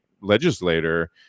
legislator